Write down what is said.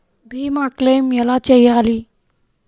భీమ క్లెయిం ఎలా చేయాలి?